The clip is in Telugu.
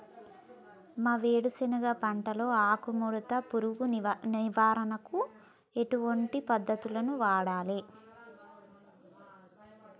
మా వేరుశెనగ పంటలో ఆకుముడత పురుగు నివారణకు ఎటువంటి పద్దతులను వాడాలే?